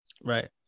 Right